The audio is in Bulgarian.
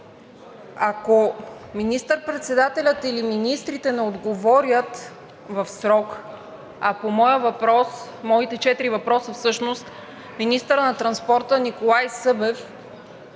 ако министър-председателят или министрите не отговорят в срок… По моите четири въпроса всъщност министърът на транспорта Николай Събев